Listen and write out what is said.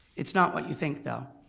it's not what you think though.